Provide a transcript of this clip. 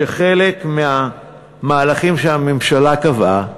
וחלק מהמהלכים שהממשלה קבעה